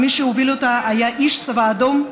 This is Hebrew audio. ומי שהוביל אותה היה איש הצבא האדום,